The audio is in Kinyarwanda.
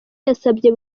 yasabye